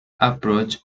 approach